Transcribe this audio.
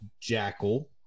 jackal